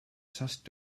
just